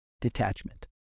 detachment